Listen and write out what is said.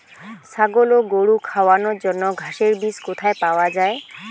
ছাগল ও গরু খাওয়ানোর জন্য ঘাসের বীজ কোথায় পাওয়া যায়?